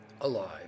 alive